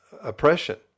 oppression